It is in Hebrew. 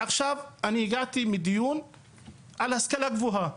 עכשיו אני הגעתי מדיון על השכלה גבוהה.